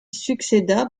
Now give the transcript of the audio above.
succéda